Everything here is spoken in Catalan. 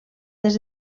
des